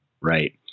Right